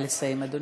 נא לסיים, אדוני.